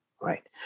Right